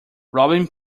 robbing